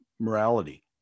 morality